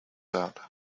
out